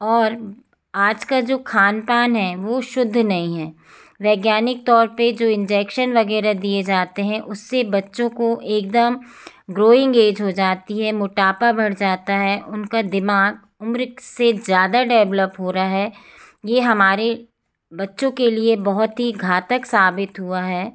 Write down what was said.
और आज का जो खान पान है वो शुद्ध नहीं हैं वैज्ञानिक तौर पर जो इंजेक्शन वग़ैरह दिए जाते हैं उससे बच्चों को एक दम ग्रोइंग एज हो जाती है मोटापा बढ़ जाता है उनका दिमाग़ उम्र से ज़्यादा डेवलप हो रहा है ये हमारे बच्चों के लिए बहुत ही घातक साबित हुआ है